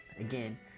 Again